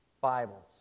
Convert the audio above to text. Bibles